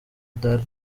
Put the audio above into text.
dar